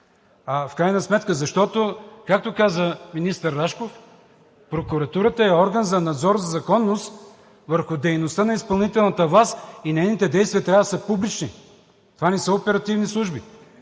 В крайна сметка, защото, както каза министър Рашков, „Прокуратурата е орган за надзор за законност върху дейността на изпълнителната власт и нейните действия трябва да са публични.“ Това не са оперативни служби.